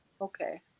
Okay